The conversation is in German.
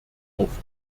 auf